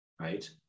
right